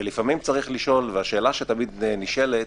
והשאלה שתמיד נשאלת